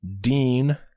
Dean